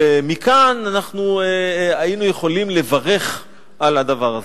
ומכאן אנחנו היינו יכולים לברך על הדבר הזה.